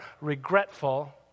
regretful